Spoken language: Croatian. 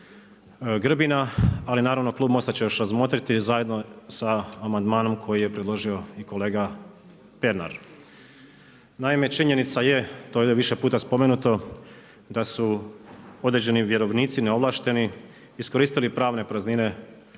Ali naravno, klub MOST-a će još razmotriti zajedno sa amandmanom koji je predložio i kolega Pernar. Naime, činjenica je, to je ovdje više puta spomenuto da su određeni vjerovnici neovlašteni iskoristili pravne praznine,